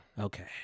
Okay